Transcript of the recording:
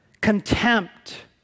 Contempt